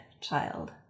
child